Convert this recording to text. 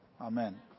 Amen